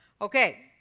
Okay